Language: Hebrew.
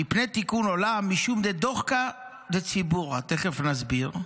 "'מפני תיקון העולם' משום דוחקא דציבורא הוא" תכף נסביר,